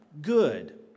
good